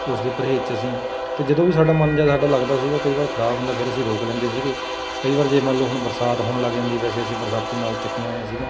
ਉਸ ਦੇ ਪਰਹੇਜ਼ 'ਚ ਅਸੀਂ ਅਤੇ ਜਦੋਂ ਵੀ ਸਾਡਾ ਮਨ ਜਿਹਾ ਸਾਡਾ ਲੱਗਦਾ ਸੀਗਾ ਕਈ ਵਾਰ ਖਰਾਬ ਹੁੰਦਾ ਫਿਰ ਅਸੀਂ ਰੋਕ ਲੈਂਦੇ ਸੀਗੇ ਕਈ ਵਾਰ ਜੇ ਮੰਨ ਲਉ ਹੁਣ ਬਰਸਾਤ ਹੋਣ ਲੱਗ ਜਾਂਦੀ ਵੈਸੇ ਅਸੀਂ ਬਰਸਾਤੀ ਨਾਲ ਚੱਕੀਆਂ ਹੋਈਆਂ ਸੀਗੀਆਂ